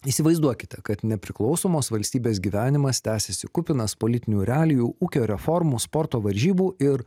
įsivaizduokite kad nepriklausomos valstybės gyvenimas tęsiasi kupinas politinių realijų ūkio reformų sporto varžybų ir